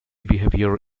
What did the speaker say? behavior